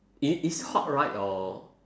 it is hot right or